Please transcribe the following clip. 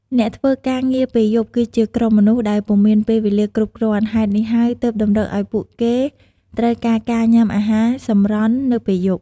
អ្នកធ្វើការងារពេលយប់ គឺជាក្រុមមនុស្សដែលពុំមានពេលវេលាគ្រប់គ្រាន់ ហេតុនេះហើយទើបតម្រូវឲ្យពួកគេត្រូវការ ការញ៊ាំអាហារសម្រន់នៅពេលយប់។